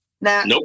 Nope